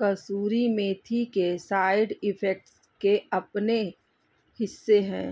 कसूरी मेथी के side effects के अपने हिस्से है